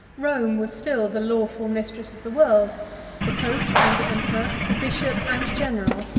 rome was still the lawful mistress of the world the pope and the emperor, the bishop and general,